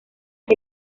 más